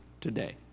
today